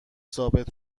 ثابت